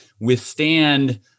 withstand